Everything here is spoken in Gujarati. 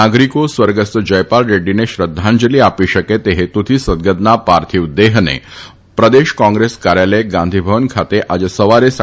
નાગરિકો સ્વર્ગસ્થ જયપાલ રેડ્ડીને શ્રદ્ધાંજલી આપી શકે તે હેતુથી સદગતના પાર્થિવદેહને પ્રદેશ કોંગ્રેસ કાર્યાલય ગાંધી ભવન ખાતે આજે સવારે સાડા દસથી રાખવામાં આવશે